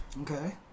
Okay